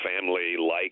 family-like